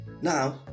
Now